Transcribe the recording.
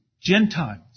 Gentiles